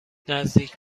نزدیک